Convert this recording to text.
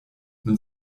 nun